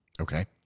Okay